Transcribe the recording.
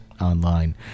Online